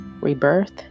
rebirth